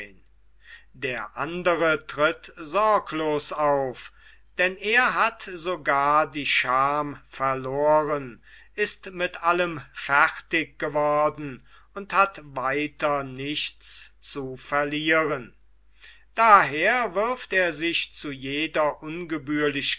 der andre tritt sorglos auf denn er hat sogar die schaam verloren ist mit allem fertig geworden und hat weiter nichts zu verlieren daher wirft er sich zu jeder